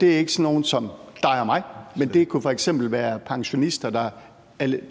det er ikke sådan nogle som dig og mig, men det kunne f.eks. være pensionister,